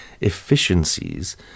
efficiencies